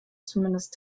zumindest